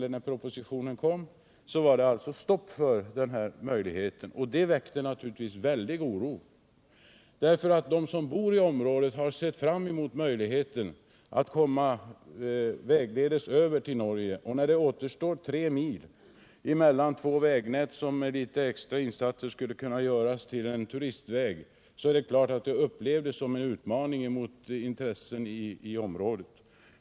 När propositionen kom var det alltså stopp för — riksplaneringen för denna möjlighet, och det väckte naturligtvis en mycket stor oro. De = vissa s.k. obrutna som bor i det här området har sett fram mot möjligheten att vägledes = fjällområden komma över till Norge. När det återstår tre mil mellan två vägnät som med litet extra insatser skulle kunna göras till en turistväg, upplevdes detta som en utmaning mot intressen i området.